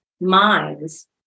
minds